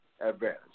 advantage